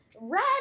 Red